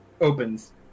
opens